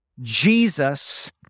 Jesus